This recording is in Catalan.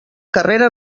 carrera